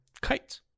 Kite